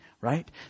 right